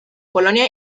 polonia